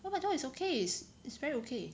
五百多 is okay is it's very okay